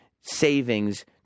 savings